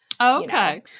Okay